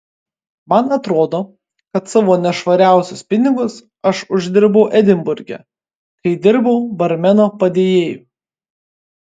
man atrodo kad savo nešvariausius pinigus aš uždirbau edinburge kai dirbau barmeno padėjėju